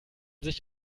sich